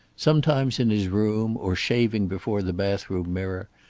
sometimes, in his room or shaving before the bathroom mirror,